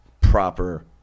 proper